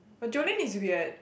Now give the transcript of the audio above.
but Jolene is weird